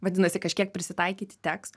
vadinasi kažkiek prisitaikyti teks